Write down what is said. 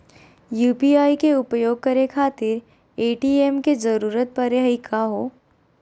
UPI के उपयोग करे खातीर ए.टी.एम के जरुरत परेही का हो?